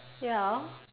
ya